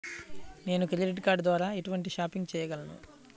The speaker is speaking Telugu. నేను క్రెడిట్ కార్డ్ ద్వార ఎటువంటి షాపింగ్ చెయ్యగలను?